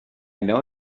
know